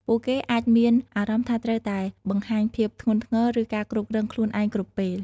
ពួកគេអាចមានអារម្មណ៍ថាត្រូវតែបង្ហាញភាពធ្ងន់ធ្ងរ ឬការគ្រប់គ្រងខ្លួនឯងគ្រប់ពេល។